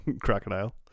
crocodile